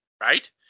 Right